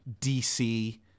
DC